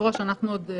מודיעים